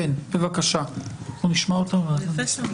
בבקשה, אנחנו נשמע אותם.